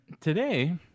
today